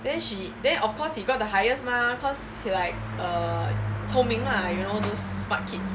then she then of course he got the highest mah cause he like err 聪明 lah you know those smart kids